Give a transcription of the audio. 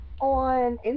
On